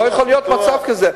לא יכול להיות מצב כזה.